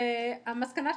המסקנה שלי,